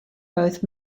both